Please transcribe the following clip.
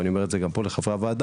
אני אומר את זה גם פה לחברי הוועדה,